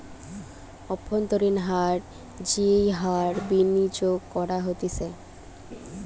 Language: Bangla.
অব্ভন্তরীন হার যেই হার বিনিয়োগ করা হতিছে